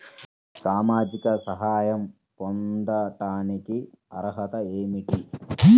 సామాజిక సహాయం పొందటానికి అర్హత ఏమిటి?